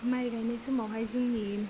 माइ गायनाय समावहाय जोंनि